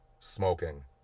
Smoking